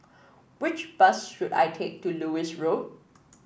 which bus should I take to Lewis Road